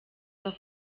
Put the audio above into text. auf